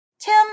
Tim